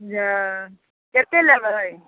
जा कतेक लेबै